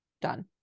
done